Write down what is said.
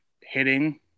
hitting